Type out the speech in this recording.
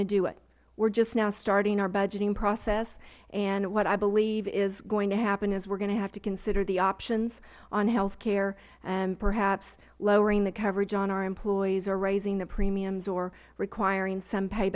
to it we are just now starting our budgeting process and what i believe is going to happen is we are going to have to consider the options on health care and perhaps lowering the coverage on our employees or raising the premiums or requiring some pay